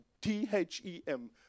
T-H-E-M